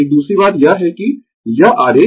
एक दूसरी बात यह है कि यह आरेख